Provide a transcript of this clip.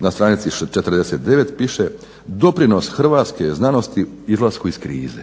na str. 49. piše: "Doprinos hrvatske znanosti izlasku iz krize."